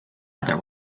other